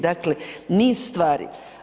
Dakle, niz stvari.